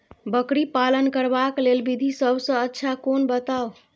बकरी पालन करबाक लेल विधि सबसँ अच्छा कोन बताउ?